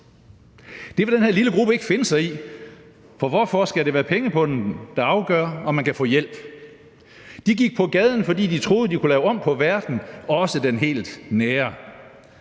Det vil den her lille gruppe ikke finde sig i, for hvorfor skal det være pengepungen, der afgør, om man kan få hjælp? De gik på gaden, fordi de troede, de kunne lave om på verden, også den helt nære,